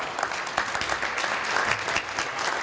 Hvala.